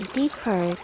deeper